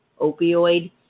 opioid